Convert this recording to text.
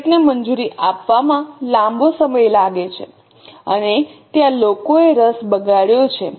budget ને મંજૂરી આપવામાં લાંબો સમય લાગે છે અને ત્યાં લોકોએ રસ બગાડ્યો છે